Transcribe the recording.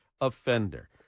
offender